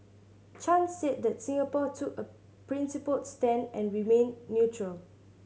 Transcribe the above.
Chan said that Singapore took a principled stand and remained neutral